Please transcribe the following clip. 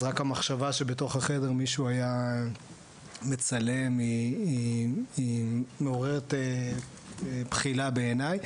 אז רק המחשבה שבתוך החדר מישהו היה מצלם מעוררת בחילה בעיני.